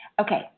okay